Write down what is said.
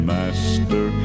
Master